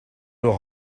leur